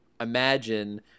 imagine